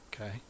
okay